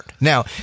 Now